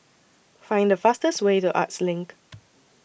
Find The fastest Way to Arts LINK